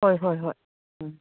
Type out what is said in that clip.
ꯍꯣꯏ ꯍꯣꯏ ꯍꯣꯏ ꯎꯝ